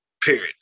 period